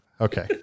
Okay